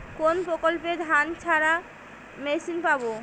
কোনপ্রকল্পে ধানঝাড়া মেশিন পাব?